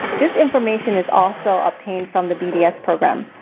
this information is also obtained from the bds program.